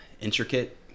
intricate